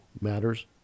Matters